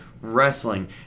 wrestling